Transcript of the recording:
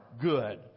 good